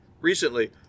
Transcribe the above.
recently